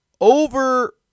over